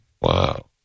Wow